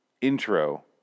intro